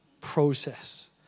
process